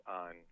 on